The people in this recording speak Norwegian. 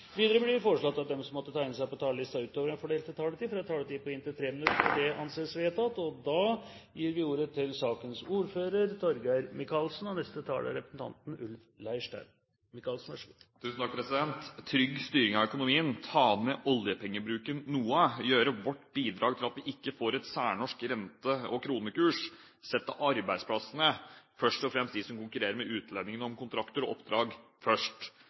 Videre blir det foreslått at de som måtte tegne seg på talerlisten utover den fordelte taletid, får en taletid på inntil 3 minutter. – Det anses vedtatt. Trygg styring av økonomien. Ta ned oljepengebruken noe. Gjøre vårt bidrag til at vi ikke får en særnorsk rente- og kronekurs. Sette arbeidsplassene, først og fremst de som konkurrerer med utlendingene om kontrakter og oppdrag, først.